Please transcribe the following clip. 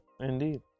indeed